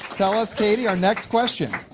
tell us katie, our next question,